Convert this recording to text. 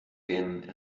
den